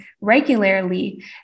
regularly